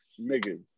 Nigga